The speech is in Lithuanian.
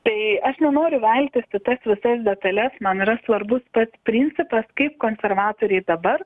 tai aš nenoriu veltis į tas visas detales man yra svarbus pats principas kaip konservatoriai dabar